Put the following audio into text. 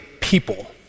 people